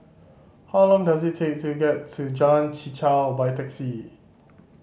how long does it take to get to Jalan Chichau by taxi